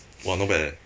!wah! not bad eh